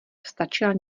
stačila